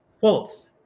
false